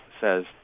says